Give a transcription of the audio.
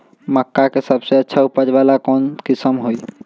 मक्का के सबसे अच्छा उपज वाला कौन किस्म होई?